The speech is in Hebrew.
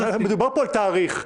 מדובר פה על תאריך,